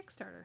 Kickstarter